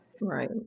Right